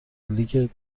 لیگ